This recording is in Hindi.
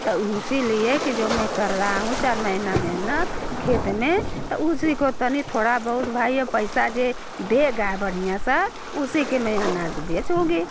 तो उसी लिए कि जो मैं कर रही हूँ चार महिना मेहनत खेत में तो उसी को तनिक थोड़ा बहुत भाई ये पैसा ये देगा बढ़िया सा उसी को मैं अनाज बेचूँगी